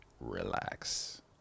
relax